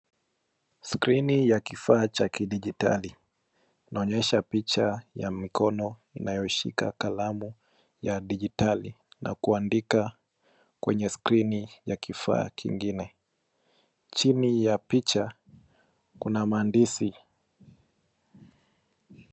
Skrini ya kifaa cha kidijitali inaonyesha picha ya mikono inayoshika kalamu ya dijitali na kuandika kwenye skrini ya kifaa kingine. Chini ya picha, kuna maandishi.